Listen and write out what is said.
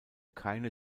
keine